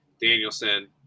Danielson